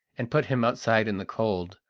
and put him outside in the cold,